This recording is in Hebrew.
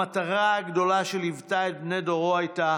המטרה הגדולה שליוותה את בני דורו הייתה